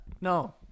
No